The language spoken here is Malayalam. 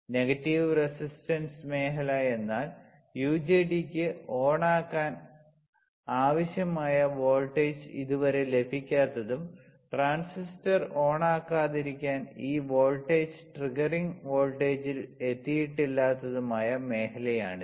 നെഗറ്റീവ് റെസിസ്റ്റൻസ് മേഖല എന്നാൽ യുജെടിക്ക് ഓണാക്കാൻ ആവശ്യമായ വോൾട്ടേജ് ഇതുവരെ ലഭിക്കാത്തതും ട്രാൻസിസ്റ്റർ ഓണാക്കാതിരിക്കാൻ ഈ വോൾട്ടേജ് ട്രിഗറിംഗ് വോൾട്ടേജിൽ എത്തിയിട്ടില്ലാത്തതുമായ മേഖലയാണിത്